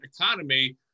economy